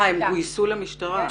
אה, הם גויסו למשטרה.